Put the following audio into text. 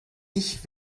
ich